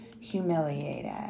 humiliated